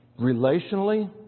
Relationally